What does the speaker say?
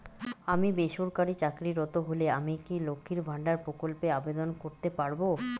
আমি বেসরকারি চাকরিরত হলে আমি কি লক্ষীর ভান্ডার প্রকল্পে আবেদন করতে পারব?